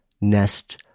nest